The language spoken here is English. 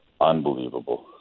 unbelievable